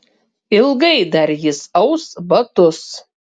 ilgai dar jis aus batus